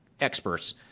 experts